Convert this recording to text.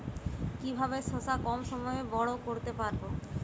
কিভাবে শশা কম সময়ে বড় করতে পারব?